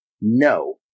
no